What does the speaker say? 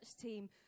team